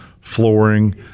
flooring